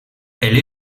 elle